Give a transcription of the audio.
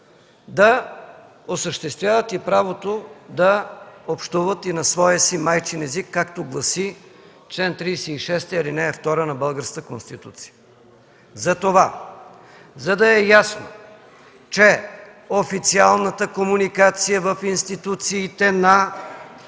да осъществяват и правото да общуват и на своя си майчин език, както гласи чл. 36, ал. 2 на българската Конституция. Затова, за да е ясно, че официалната комуникация в институциите от